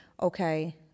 Okay